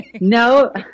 No